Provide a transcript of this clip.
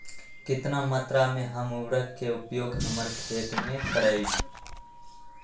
कितना मात्रा में हम उर्वरक के उपयोग हमर खेत में करबई?